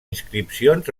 inscripcions